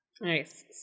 Nice